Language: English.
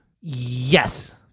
Yes